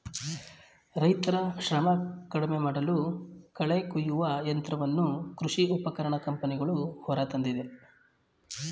ರೈತರ ಶ್ರಮ ಕಡಿಮೆಮಾಡಲು ಕಳೆ ಕುಯ್ಯುವ ಯಂತ್ರವನ್ನು ಕೃಷಿ ಉಪಕರಣ ಕಂಪನಿಗಳು ಹೊರತಂದಿದೆ